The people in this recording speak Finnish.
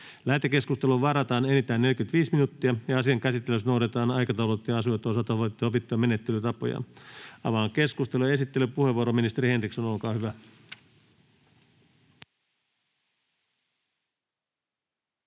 Lähetekeskusteluun varataan enintään 45 minuuttia. Asian käsittelyssä noudatetaan aikataulutettujen asioiden osalta sovittuja menettelytapoja. Avaan keskustelun. — Esittelypuheenvuoro, ministeri Henriksson, olkaa hyvä.